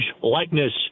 likeness